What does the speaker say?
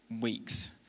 weeks